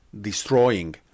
destroying